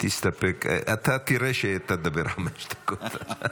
תראה שתדבר חמש דקות.